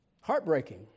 Heartbreaking